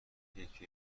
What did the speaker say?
یکی